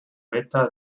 beta